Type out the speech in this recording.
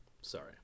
Sorry